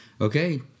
okay